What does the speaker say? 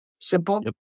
Simple